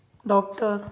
doctor